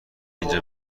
اینجا